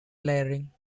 layering